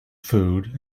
food